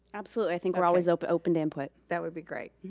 absolutely, i think we're always open open to input. that would be great.